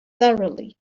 thoroughly